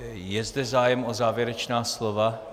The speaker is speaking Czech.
Je zde zájem o závěrečná slova?